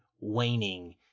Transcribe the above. waning